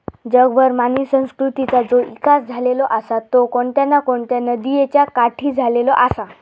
जगभर मानवी संस्कृतीचा जो इकास झालेलो आसा तो कोणत्या ना कोणत्या नदीयेच्या काठी झालेलो आसा